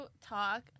talk